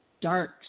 dark